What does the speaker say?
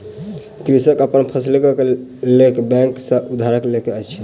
कृषक अपन फसीलक लेल बैंक सॅ उधार लैत अछि